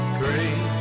great